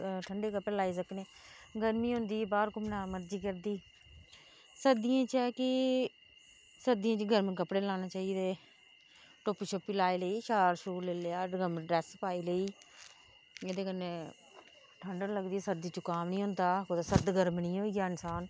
ठंडे कपड़े लाइयै जाई सकने गर्मी हुंदी बाहर घुम्मने दी मर्जी करदी सर्दियें च ऐ कि सर्दियें च गर्म कपड़े लाने चाहिदे टोपी शोपी लाई लेई शाल शूल लेई लेआ ड्रैस पाई लेई जेह्दे कन्नै ठंड नी लगदी सर्दी जुकाम नी होंदा कुतै सर्द गर्म नी होई जा इंसान